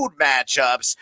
matchups